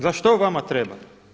Za što vama treba?